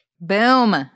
Boom